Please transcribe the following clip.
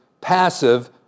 passive